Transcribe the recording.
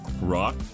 rock